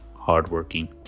Hardworking